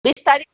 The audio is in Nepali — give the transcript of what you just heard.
बिस तारिक